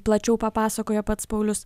plačiau papasakojo pats paulius